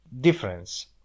difference